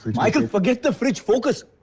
michael, forget the fridge. focus.